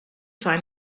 find